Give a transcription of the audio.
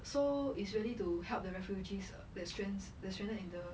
so it's really to help the refugees they strand they stranded in the